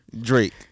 Drake